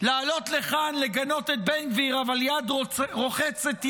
לעלות לכאן לגנות את בן גביר, אבל יד רוחצת יד,